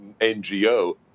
ngo